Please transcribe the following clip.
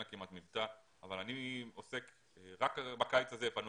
שלה ושומעים שכמעט ואין לה מבטא אבל רק בקיץ הזה פנו